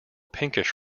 pinkish